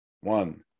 One